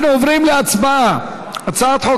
אנחנו עוברים להצבעה על הצעת חוק